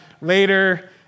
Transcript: later